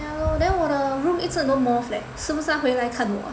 yah lor then 我的 room 一直有很多 moth leh 是不是他回来看我